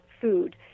food